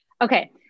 Okay